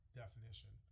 definition